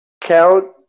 count